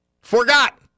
Forgot